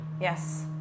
Yes